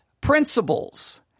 principles